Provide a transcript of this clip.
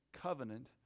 Covenant